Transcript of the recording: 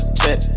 check